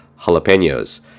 jalapenos